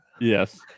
Yes